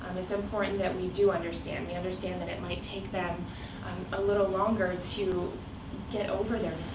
it's important that we do understand. we understand that it might take them um a little longer to get over their